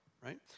right